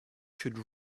should